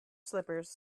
slippers